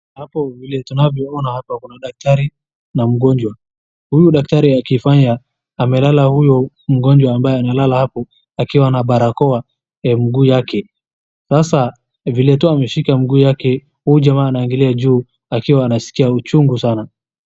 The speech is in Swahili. Kuna daktari na mgonjwa. Huyu daktari akifanya amelala huyo mgonjwa akiwa na barakoa. Ameshika mguu yake akiwa anaskia uchungu sana.